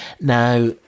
now